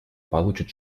получат